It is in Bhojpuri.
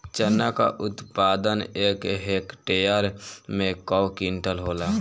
चना क उत्पादन एक हेक्टेयर में कव क्विंटल होला?